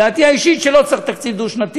דעתי האישית היא שלא צריך תקציב דו-שנתי,